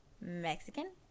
Mexican